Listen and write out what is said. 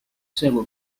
serbo